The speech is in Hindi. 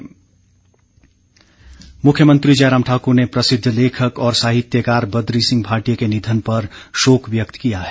शोक मुख्यमंत्री जयराम ठाकुर ने प्रसिद्ध लेखक और साहित्यकार बद्री सिंह भाटिया के निधन पर शोक व्यक्त किया है